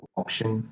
option